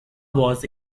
was